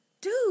Dude